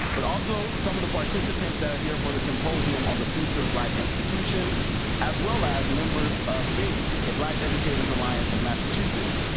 but also some of the participants that are here for the symposium on the future of black institutions as well as members of beam, the black educators alliance of massachusetts.